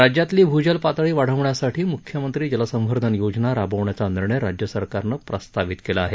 राज्यातली भूजल पातळी वाढवण्यासाठी मुख्यमंत्री जलसंवर्धन योजना राबवण्याचा निर्णय राज्य सरकारनं प्रस्तावित केला आहे